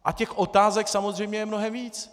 A těch otázek samozřejmě je mnohem víc.